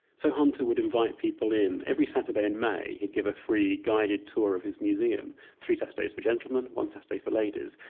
so hunter would invite people in. every saturday in may, he'd give a free guided tour of his museum, three saturdays for gentlemen, one saturday for ladies.